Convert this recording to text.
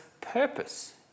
purpose